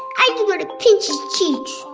i just want to pinch his cheeks.